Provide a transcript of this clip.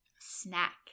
Snack